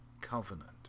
covenant